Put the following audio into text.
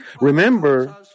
remember